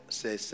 say